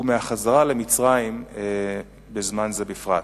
ומהחזרה למצרים בזמן זה בפרט.